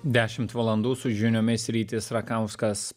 dešimt valandų su žiniomis rytis rakauskas